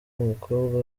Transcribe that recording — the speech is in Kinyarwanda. umukobwa